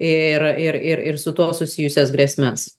ir ir ir ir su tuo susijusias grėsmes